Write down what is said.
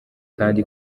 kandi